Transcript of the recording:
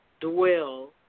dwell